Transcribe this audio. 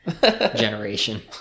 generation